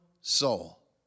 soul